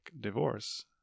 divorce